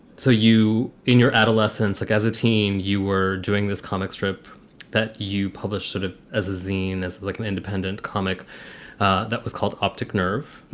so you in your adolescence back like as a teen, you were doing this comic strip that you published sort of as a zeine, as like an independent comic that was called optic nerve,